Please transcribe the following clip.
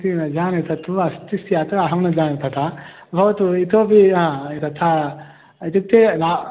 इति न जाने तत्तु अस्ति स्यात् अहं न जाने तथा भवतु इतोपि तथा इत्युक्ते न